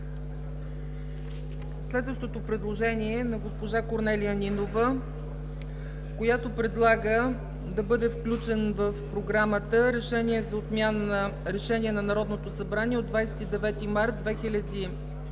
Следващото предложение е на госпожа Корнелия Нинова, която предлага в Програмата да бъде включен Проект за решение за отмяна Решение на Народното събрание от 29 март 2012